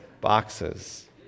boxes